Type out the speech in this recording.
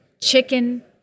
chicken